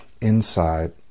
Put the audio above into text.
inside